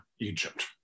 Egypt